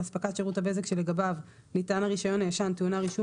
ואספקת שירות הבזק שלגביו ניתן הרישיון הישן טעונה רישום